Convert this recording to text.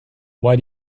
why